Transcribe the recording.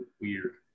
weird